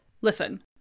listen